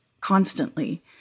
constantly